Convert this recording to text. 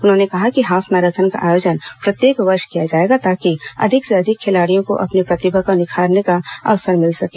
उन्होंने कहा कि हाफ मैराथन का आयोजन प्रत्येक वर्ष किया जाएगा ताकि अधिक से अधिक खिलाड़ियों को अपनी प्रतिभा को निखारने का अवसर मिल सके